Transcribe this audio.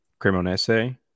Cremonese